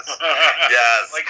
yes